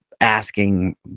asking